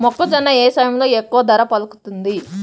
మొక్కజొన్న ఏ సమయంలో ఎక్కువ ధర పలుకుతుంది?